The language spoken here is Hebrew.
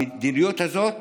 המדיניות הזאת